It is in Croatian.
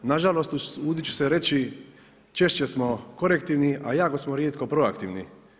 Na žalost usudit ću se reći češće smo korektivni, a jako smo rijetko proaktivni.